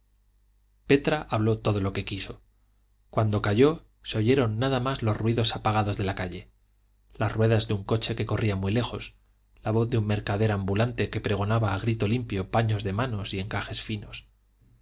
petra habló todo lo que quiso cuando calló se oyeron nada más los ruidos apagados de la calle las ruedas de un coche que corría muy lejos la voz de un mercader ambulante que pregonaba a grito limpio paños de manos y encajes finos